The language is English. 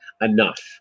enough